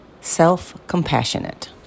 self-compassionate